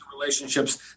relationships